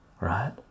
right